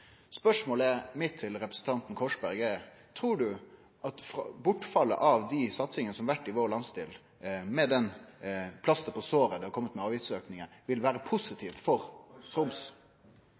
Spørsmålet mitt til representanten Korsberg er: Trur han at bortfallet av dei satsingane som har vore i landsdelen vår, med det plasteret på såret som har komme med avgiftssenkingar, vil vere positivt for Troms?